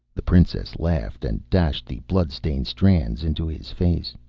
the princess laughed and dashed the blood-stained strands into his face.